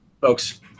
folks